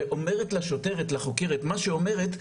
ואומרת לשוטרת החוקרת מה שאומרת,